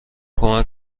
کمک